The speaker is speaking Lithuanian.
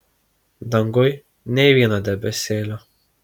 danguj nė vieno debesėlio